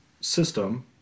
system